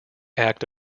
act